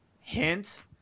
Hint